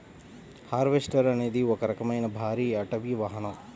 harvester అనేది ఒక రకమైన భారీ అటవీ వాహనం